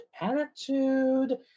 attitude